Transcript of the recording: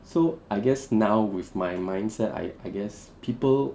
so I guess now with my mindset I I guess people